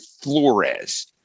Flores